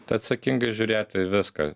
atsakingai žiūrėti į viską